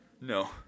No